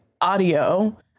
audio